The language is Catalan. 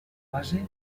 base